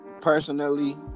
Personally